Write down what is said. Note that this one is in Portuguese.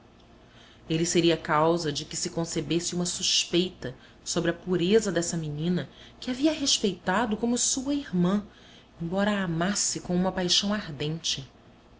ele seria causa de que se concebesse uma suspeita sobre a pureza dessa menina que havia respeitado como sua irmã embora a amasse com uma paixão ardente